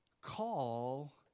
call